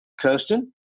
Kirsten